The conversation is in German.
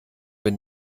wenn